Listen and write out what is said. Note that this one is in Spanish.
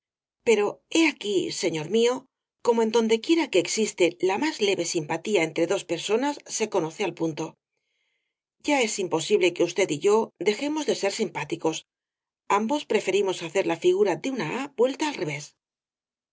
pero he aquí señor mío cómo en dondequiera que existe la más leve simpatía entre dos personas se conoce al punto ya es imposible que usted y yo dejemos de ser simpáticos ambos preferimos hacer la figura de una a vuelta al revés